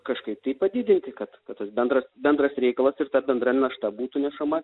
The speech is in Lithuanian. kažkaip tai padidinti kad tas bendras bendras reikalas ir ta bendra našta būtų nešama